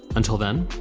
until then,